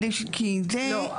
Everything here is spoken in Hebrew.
כי אלה